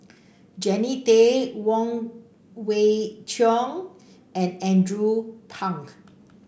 Jannie Tay Wong Kwei Cheong and Andrew Phank